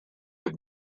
have